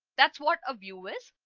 that's what a view is.